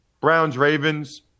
Browns-Ravens